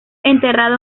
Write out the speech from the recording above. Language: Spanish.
enterrado